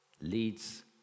leads